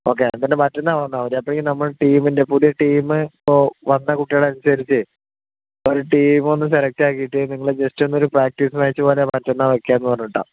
okay എന്താ പറഞ്ഞാൽ മറ്റന്നാൾ വന്നാൽ മതി അപ്പോഴേക്കും നമ്മൾ ടീമിൻ്റെ പുതിയ ടീമ് ഇപ്പോൾ വന്ന കുട്ടികളെ അനുസരിച്ച് ഒരു ടീമൊന്ന് സെലക്ട് ആക്കിയിട്ട് നിങ്ങളെ ജസ്റ്റ് ഒന്ന് ഒര് പ്രാക്ടീസ് മാച്ച് പോലെ മറ്റന്നാൾ വയ്ക്കാമെന്ന് പറഞ്ഞിട്ടാണ്